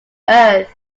earth